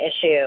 issue